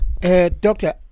Doctor